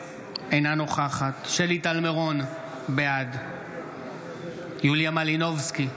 אינה נוכחת שלי טל מירון, בעד יוליה מלינובסקי,